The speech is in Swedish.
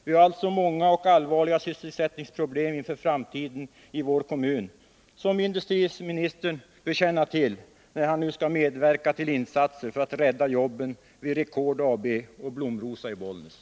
Vi har alltså i Bollnäs kommun många och allvarliga sysselsättningsproblem inför framtiden, vilket industriministern bör känna till, när han nu skall medverka till insatser för att rädda jobben vid Record AB och Blom-Rosa AB i Bollnäs.